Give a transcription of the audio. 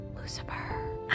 Lucifer